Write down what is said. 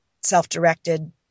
self-directed